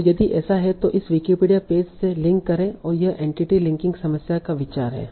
और यदि ऐसा है तो इसे उस विकिपीडिया पेज से लिंक करें और यह एंटिटी लिंकिंग समस्या का विचार है